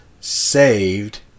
saved